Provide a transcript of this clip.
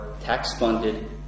tax-funded